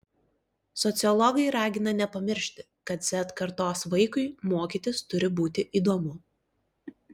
sociologai ragina nepamiršti kad z kartos vaikui mokytis turi būti įdomu